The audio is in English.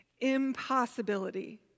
impossibility